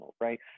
right